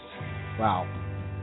wow